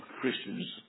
Christians